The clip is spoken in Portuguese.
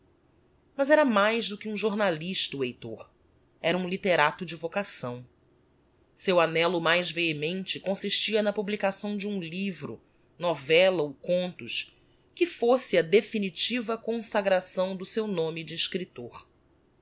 mas era mais do que um jornalista o heitor era um litterato de vocação seu anhelo mais vehemente consistia na publicação d'um livro novella ou contos que fôsse a definitiva consagração do seu nome de escriptor